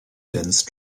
dense